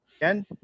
again